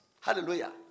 Hallelujah